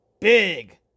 big